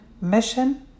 mission